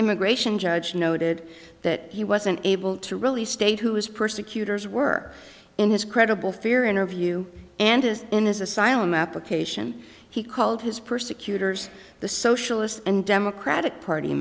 immigration judge noted that he wasn't able to really state who his persecutors were in his credible fear interview and as in his asylum application he called his persecutors the socialist and democratic party